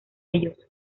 ellos